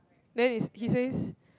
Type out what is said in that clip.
then is he says